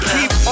Keep